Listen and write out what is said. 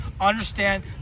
understand